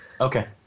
Okay